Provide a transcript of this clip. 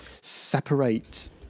separate